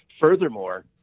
Furthermore